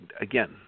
again